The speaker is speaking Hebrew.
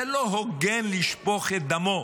זה לא הוגן לשפוך את דמו.